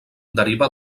deriva